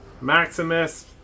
Maximus